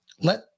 let